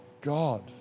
God